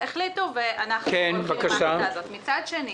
מצד שני,